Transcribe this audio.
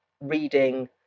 reading